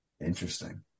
Interesting